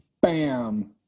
bam